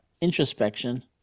introspection